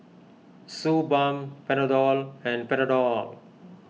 Suu Balm Panadol and Panadol